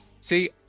See